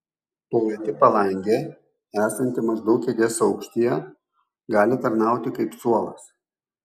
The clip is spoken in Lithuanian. plati palangė esanti maždaug kėdės aukštyje gali tarnauti kaip suolas